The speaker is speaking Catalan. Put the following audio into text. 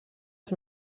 els